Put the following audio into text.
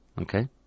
Okay